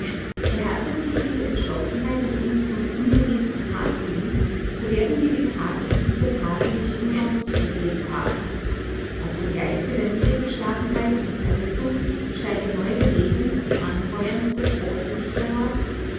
erhärtet sich diese entschlossenheit in uns zum unbedingten tatwillen so werden wir die tragik dieser tage nicht umsonst durchlebt haben aus dem geiste der niedergeschlagenheit und zerrüttung steige neubelebend und anfeuernd das große dichterwort